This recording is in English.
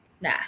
Nah